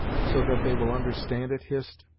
so that they will understand it, hist?